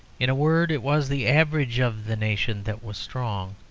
in a word, it was the average of the nation that was strong,